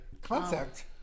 concept